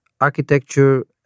architecture